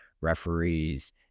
referees